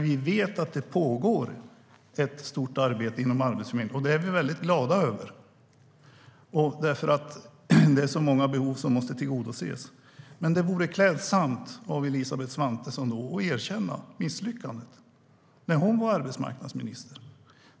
Vi vet att det pågår ett stort arbete inom Arbetsförmedlingen, och det är vi väldigt glada över, för det är så många behov som måste tillgodose. Det vore klädsamt av Elisabeth Svantesson att erkänna misslyckandet när hon var arbetsmarknadsminister